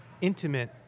intimate